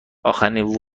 آخرین